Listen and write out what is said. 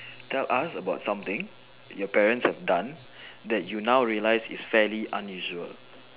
tell us about something your parent have done that you now realise is fairly unusual